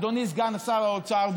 אדוני סגן שר האוצר,